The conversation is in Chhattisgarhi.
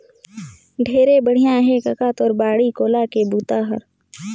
ढेरे बड़िया हे कका तोर बाड़ी कोला के बूता हर